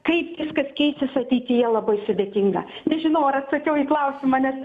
kaip viskas keisis ateityje labai sudėtinga nežinau ar atsakiau į klausimą nes